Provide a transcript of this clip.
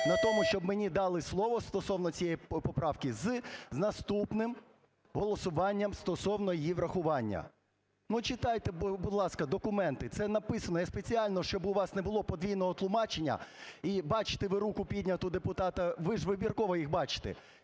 на тому, щоб мені дали слово стосовно цієї поправки з наступним голосуванням стосовно її врахування. Ну читайте, будь ласка, документи, це написано. Я спеціально, щоб у вас не було подвійного тлумачення, і бачите ви руку підняту депутата… Ви ж вибірково їх бачите.